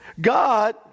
God